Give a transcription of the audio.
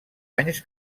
anys